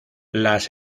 las